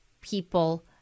people